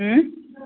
उँ